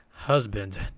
husband